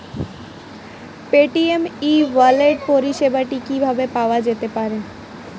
Paytm e wallet পরিষেবাটি কিভাবে পাওয়া যেতে পারে?